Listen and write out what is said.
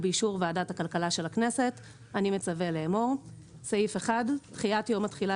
ובאישור ועדת הכלכלה של הכנסת אני מצווה לאמור: 1. דחיית יום התחילה